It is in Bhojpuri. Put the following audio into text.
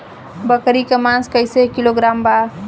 बकरी के मांस कईसे किलोग्राम बा?